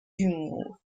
d’humour